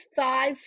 five